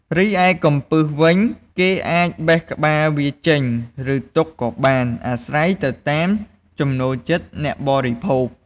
រីឯកំពឹសវិញ គេអាចបេះក្បាលវាចេញ ឬទុកក៏បាន អាស្រ័យទៅតាមចំណូលចិត្តអ្នកបរិភោគ។